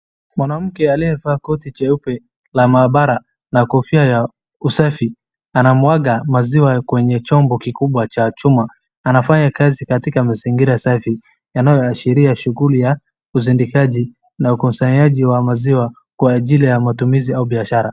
Mwanamke aliyevaa koti jeupe la maabara na kofia ya usafi anamwaga maziwa kwenye chombo kikubwa cha chuma. Anafanya kazi katika mazingira safi yanayoashiria shughuli ya uzindikaji na ukusanyaji wa maziwa kwa ajili ya matumizi au biashara.